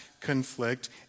conflict